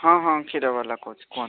ହଁ ହଁ କ୍ଷୀରବାଲା କହୁଛି କୁହନ୍ତୁ